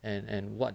and and what